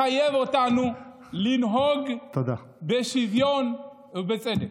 ולכן, הדבר הזה מחייב אותנו לנהוג בשוויון ובצדק.